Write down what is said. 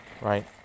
Right